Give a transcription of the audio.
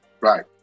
Right